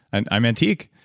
and i'm antique.